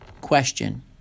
Question